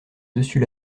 dessus